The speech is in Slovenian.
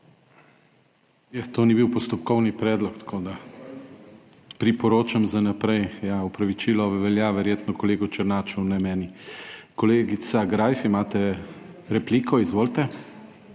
to ni bil postopkovni predlog, tako, da priporočam za naprej… Ja, opravičilo velja verjetno kolegu Černaču, ne meni. Kolegica Greif, imate repliko. Izvolite.